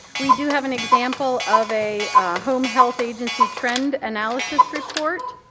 we do have an example of a home health agency trend analysis report.